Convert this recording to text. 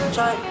Try